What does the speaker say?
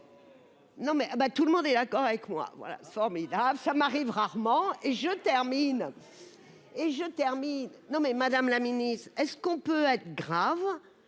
Non mais ah bah tout le monde est d'accord avec moi, voilà, formidable, ça m'arrive rarement, et je termine, et je termine non mais Madame la Ministre est-ce qu'on peut être grave